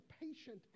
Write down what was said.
patient